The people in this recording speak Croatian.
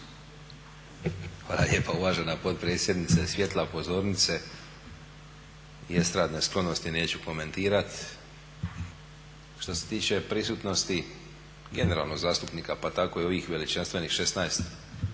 Hvala lijepa uvažena potpredsjednice. Svjetla pozornice i estradne sklonosti neću komentirati. Što se tiče prisutnosti generalno zastupnika pa tako i ovih veličanstvenih 16